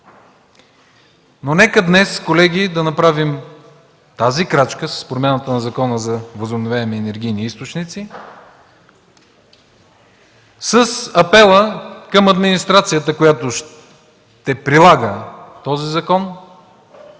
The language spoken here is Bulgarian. Нека днес, колеги, да направим тази крачка с промяната на Закона за възобновяеми и енергийни източници с апел към администрацията, която ще прилага този закон.